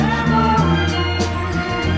Memories